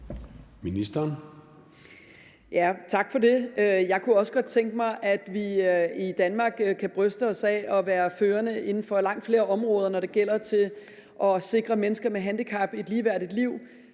Tak for det. Jeg kunne også godt tænke mig, at vi i Danmark kunne bryste os af at være førende inden for langt flere områder, når det gælder om at sikre mennesker med handicap et ligeværdigt liv.